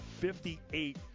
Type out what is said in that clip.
58